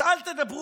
אז אל תדברו,